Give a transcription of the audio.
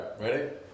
ready